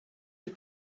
had